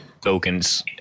tokens